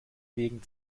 wegen